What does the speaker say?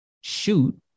shoot